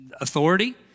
authority